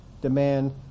demand